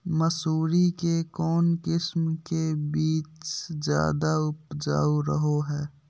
मसूरी के कौन किस्म के बीच ज्यादा उपजाऊ रहो हय?